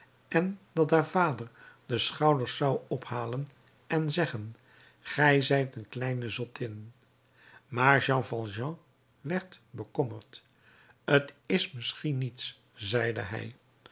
en dat haar vader de schouders zou ophalen en zeggen ge zijt een kleine zottin maar jean valjean werd bekommerd t is misschien niets zeide hij